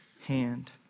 hand